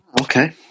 okay